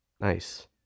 Nice